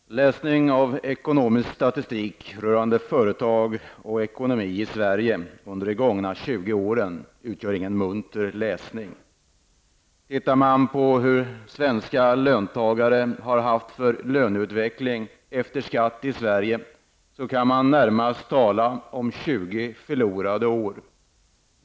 Herr talman! Läsning av ekonomisk statistik rörande företag i Sverige under de gångna 20 åren utgör ingen munter läsning. Om man tittar på vilken löneutveckling den svenska löntagaren har haft efter skatt kan man närmast tala om 20 förlorade år.